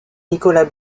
nicolas